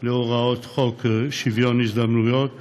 להוראות חוק שוויון ההזדמנויות בעבודה,